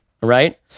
right